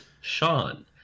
Sean